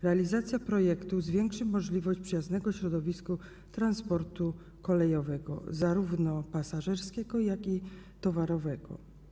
Realizacja projektu zwiększy możliwości przyjaznego środowisku transportu kolejowego zarówno pasażerskiego, jak i towarowego.